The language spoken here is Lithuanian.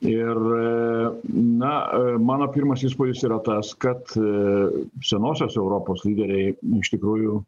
ir na mano pirmas įspūdis yra tas kad senosios europos lyderiai iš tikrųjų